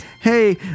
hey